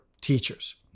teachers